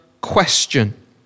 question